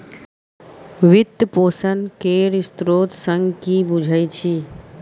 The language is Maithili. वित्त पोषण केर स्रोत सँ कि बुझै छी